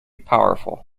powerful